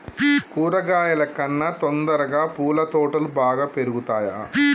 కూరగాయల కన్నా తొందరగా పూల తోటలు బాగా పెరుగుతయా?